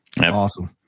Awesome